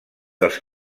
dels